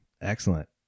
Excellent